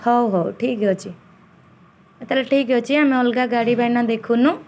ହଉ ହଉ ଠିକ୍ ଅଛି ତା'ହେଲେ ଠିକ୍ ଅଛି ଆମେ ଅଲଗା ଗାଡ଼ି ଭାଇନା ଦେଖୁନୁ